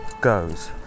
goes